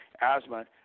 asthma